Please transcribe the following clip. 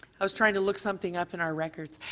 i was trying to look something up in our records.